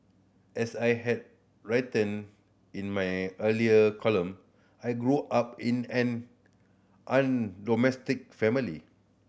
as I had written in my earlier column I grew up in an family